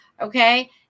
Okay